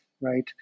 right